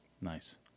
Nice